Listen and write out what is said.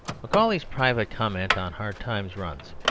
macaulay's private comment on hard times runs,